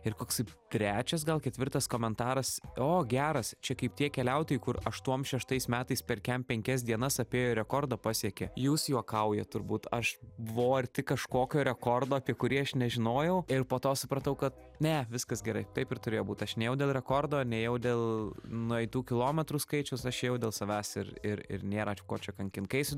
ir koksai trečias gal ketvirtas komentaras o geras čia kaip tie keliautojai kur aštuom šeštais metais per kem penkias dienas apėjo ir rekordą pasiekė jūs juokaujat turbūt aš buvau arti kažkokio rekordo apie kurį aš nežinojau ir po to supratau kad ne viskas gerai taip ir turėjo būt aš nėjau dėl rekordo nėjau dėl nueitų kilometrų skaičiaus aš ėjau dėl savęs ir ir ir nėra ko čia kankint kai eisiu